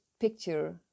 picture